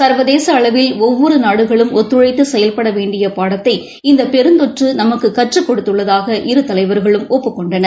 சர்வதேசஅளவில் ஒவ்வொருநாடுகளும் ஒத்துழைத்துசெயல்படவேண்டியபாடத்தை இந்தபெருந்தொற்றுமக்குகற்றுக் கொடுத்துள்ளதாக இரு தலைவர்களும் ஒப்புக் கொண்டனர்